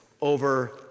over